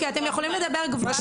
כי אתם יכולים לדבר גבוהה גבוהה.